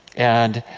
and